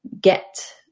get